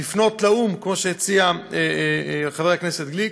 לפנות לאו"ם, כמו שהציע חבר הכנסת גליק,